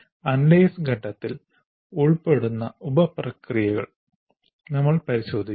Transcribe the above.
analyse ഘട്ടത്തിൽ ഉൾപ്പെടുന്ന ഉപ പ്രക്രിയകൾ നമ്മൾ പരിശോധിക്കും